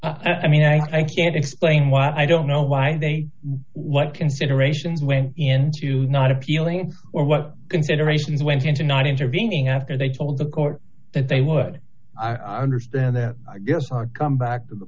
out i mean i can't explain why i don't know why they what considerations went into not appealing or what consideration went into not intervening after they told the court that they would i understand that i guess i'll come back to the